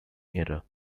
era